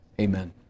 Amen